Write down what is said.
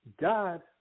God